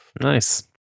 Nice